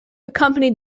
accompanied